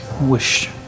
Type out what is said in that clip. wish